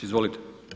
Izvolite.